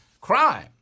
crime